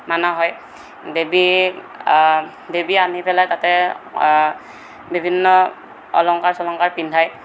মনা হয় দেৱীৰ দেৱী আনি পেলাই তাতে বিভিন্ন অলংকাৰ চলংকাৰ পিন্ধাই